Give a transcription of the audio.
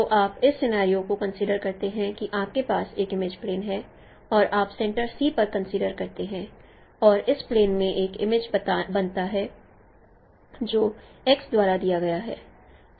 तो आप इस सीनरियों को कंसीडर करते हैं कि आपके पास एक इमेज प्लेन है और आप एक सेंटर C पर कंसीडर करते हैं और इस प्लेन में एक इमेज बनता है जो x द्वारा दिया गया है